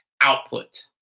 output